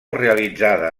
realitzada